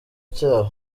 cyabo